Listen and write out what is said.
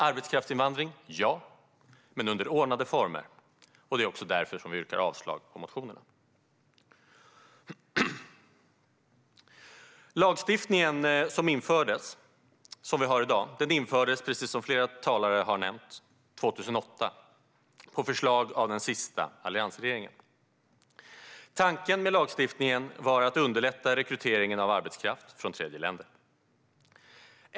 Arbetskraftsinvandring: Ja, men under ordnade former. Det är därför som vi yrkar avslag på motionerna. Lagstiftningen som vi har i dag infördes, precis som flera talare har nämnt, 2008 på förslag från den senaste alliansregeringen. Tanken med lagstiftningen var att underlätta rekryteringen av arbetskraft från tredjeländer.